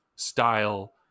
style